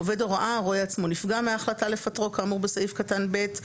עובד הוראה הרואה עצמו נפגע מהחלטה לפטרו כאמור בס"ק (ב),